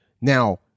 Now